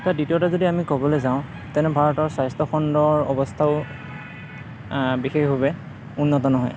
দ্বিতীয়তে যদি আমি ক'বলৈ যাওঁ তেন্তে ভাৰতৰ স্বাস্থ্যখণ্ডৰ অবস্থাও বিশেষভাৱে উন্নত নহয়